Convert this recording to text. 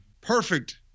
perfect